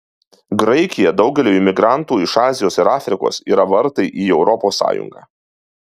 graikija daugeliui imigrantų iš azijos ir afrikos yra vartai į europos sąjungą